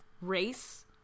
race